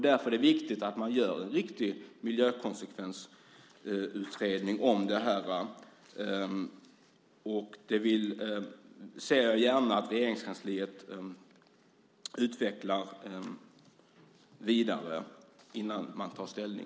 Därför är det viktigt att man gör en riktig miljökonsekvensutredning av det här, och vi ser gärna att Regeringskansliet utvecklar det här vidare innan man tar ställning.